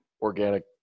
organic